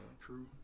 true